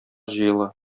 җыела